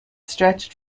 stretched